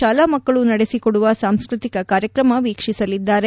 ಶಾಲಾ ಮಕ್ಕಳು ನಡೆಸಿಕೊಡುವ ಸಾಂಸ್ಕೃತಿಕ ಕಾರ್ಯಕ್ರಮ ವೀಕ್ವಿಸಲಿದ್ದಾರೆ